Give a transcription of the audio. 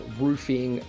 roofing